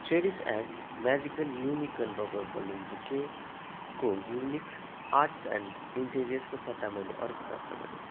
cherries X magical unicorn rubber balloon बुकेको unique arts and इन्टेरिअर्सको सट्टा मैले अर्को प्राप्त गरेँ